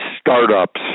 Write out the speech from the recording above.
startups